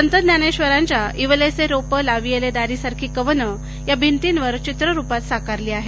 संत ज्ञानेश्वरांच्या इवलेसे रोप लावियले दारी सारखी कवनं या भिंतींवर चित्ररुपात साकारली आहेत